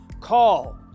call